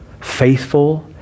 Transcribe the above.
faithful